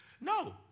No